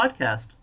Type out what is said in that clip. podcast